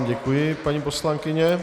Děkuji vám, paní poslankyně.